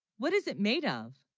what is it made of?